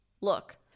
Look